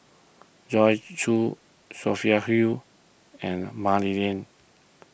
Joyce Jue Sophia Hull and Mah Li Lian